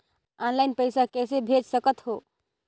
Online पइसा कइसे भेज सकत हो?